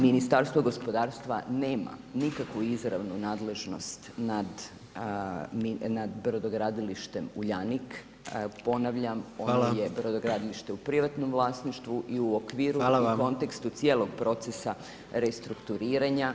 Ministarstvo gospodarstvo nema nikakvu izravnu nadležnost nad brodogradilištem Uljanik, ponavljam on je brodogradilište u privatnom vlasništvu i u okviru i kontekstu cijelog procesa restrukturiranja.